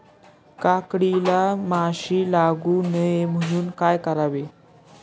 काकडीला माशी लागू नये म्हणून काय करावे?